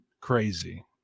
crazy